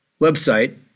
website